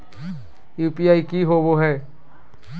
UPI की होबो है?